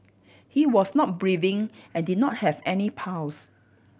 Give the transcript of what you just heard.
he was not breathing and did not have any pulse